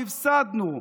הפסדנו.